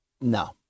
no